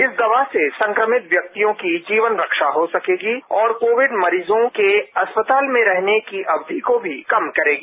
इस दवा से संक्रमित व्यक्तियों की जीवन रक्षा हो सकेगी और कोविड मरीजों के अस्पताल में रहने की अवधि को भी कम करेगी